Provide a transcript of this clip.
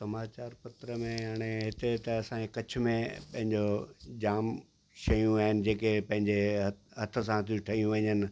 समाचार पत्र में हाणे हिते त असांजे कच्छ में पंहिंजो जाम शयूं आहिनि जेके पंहिंजे हथ सां थियूं ठई वञनि